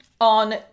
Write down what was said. on